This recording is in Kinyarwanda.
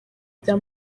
bya